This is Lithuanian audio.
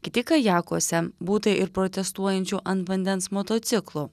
kiti kajakuose būta ir protestuojančių ant vandens motociklų